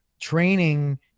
training